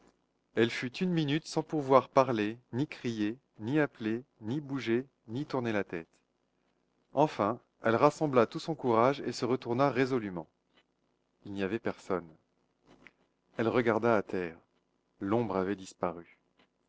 elle fut une minute sans pouvoir parler ni crier ni appeler ni bouger ni tourner la tête enfin elle rassembla tout son courage et se retourna résolument il n'y avait personne elle regarda à terre l'ombre avait disparu